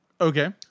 Okay